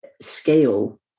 scale